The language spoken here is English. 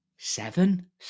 Seven